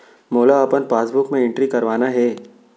मोला अपन पासबुक म एंट्री करवाना हे?